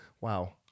wow